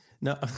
no